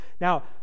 Now